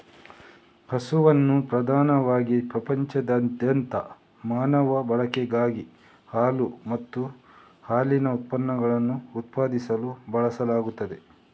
ಹಸುವನ್ನು ಪ್ರಧಾನವಾಗಿ ಪ್ರಪಂಚದಾದ್ಯಂತ ಮಾನವ ಬಳಕೆಗಾಗಿ ಹಾಲು ಮತ್ತು ಹಾಲಿನ ಉತ್ಪನ್ನಗಳನ್ನು ಉತ್ಪಾದಿಸಲು ಬಳಸಲಾಗುತ್ತದೆ